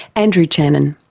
andrew channen.